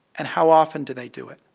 and how often do they do it?